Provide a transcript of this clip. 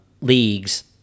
leagues